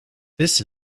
this